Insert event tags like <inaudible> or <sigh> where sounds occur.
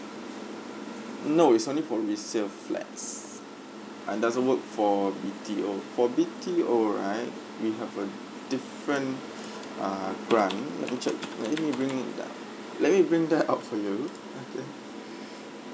no it's only for resale flats and doesn't work for B_T_O for B_T_O right you have a different <breath> ah grant <noise> let me check let me bring that let me bring that up for you okay <breath>